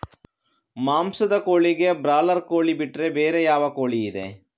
ಮಾಂಸದ ಕೋಳಿಗೆ ಬ್ರಾಲರ್ ಕೋಳಿ ಬಿಟ್ರೆ ಬೇರೆ ಯಾವ ಕೋಳಿಯಿದೆ?